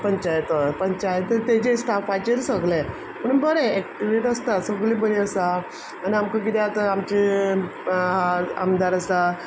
पंचायत हय पंचायत तेजेर स्टाफाचेर सगळें पूण बरें एक्टिव्ह आसता सगळीं बरीं आसा आनी आमकां कितें जाता आमचें आमदार आसा